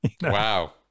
Wow